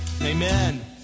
Amen